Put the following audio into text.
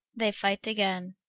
they fight againe.